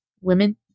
women